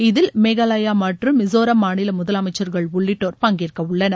இதில் மேகாலபா மற்றும் மிசோராம் மாநில முதலமைச்சர்கள் உள்ளிட்டோர் பங்கேற்க உள்ளனர்